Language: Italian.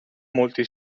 molti